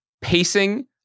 pacing